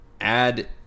add